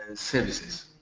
services.